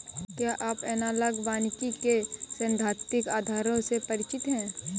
क्या आप एनालॉग वानिकी के सैद्धांतिक आधारों से परिचित हैं?